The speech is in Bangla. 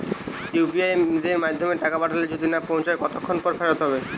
ইউ.পি.আই য়ের মাধ্যমে টাকা পাঠালে যদি না পৌছায় কতক্ষন পর ফেরত হবে?